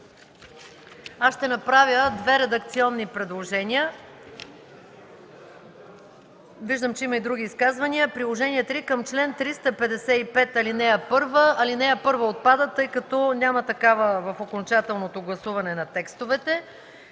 3. Ще направя две редакционни предложения. Виждам, че има и други изказвания. „Приложение № 3 към чл. 355, ал. 1.” Алинея 1 отпада, тъй като няма такава в окончателното гласуване на текстовете.